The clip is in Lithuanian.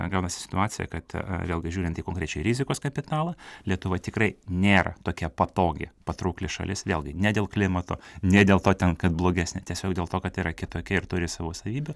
gaunasi situacija kad vėlgi žiūrint į konkrečiai rizikos kapitalą lietuva tikrai nėra tokia patogi patraukli šalis vėlgi ne dėl klimato ne dėl to ten kad blogesnė tiesiog dėl to kad yra kitokia ir turi savo savybių